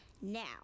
Now